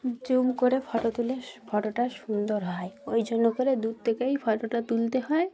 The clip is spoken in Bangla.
জুম করে ফটো তুলে স ফটোটা সুন্দর হয় ওই জন্য করে দূর থেকেই ফটোটা তুলতে হয়